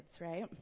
right